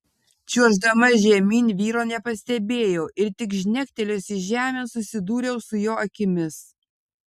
čiuoždama žemyn vyro nepastebėjau ir tik žnektelėjusi žemėn susidūriau su jo akimis